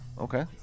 Okay